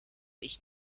ich